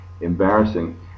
embarrassing